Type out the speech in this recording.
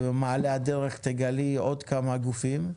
ובמעלה הדרך תגלי עוד כמה גופים.